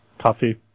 coffee